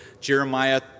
Jeremiah